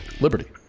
liberty